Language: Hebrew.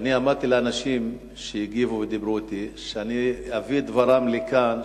אמרתי לאנשים שהגיבו ודיברו אתי שאני אביא את דברם לכאן,